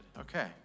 Okay